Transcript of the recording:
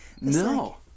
No